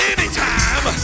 Anytime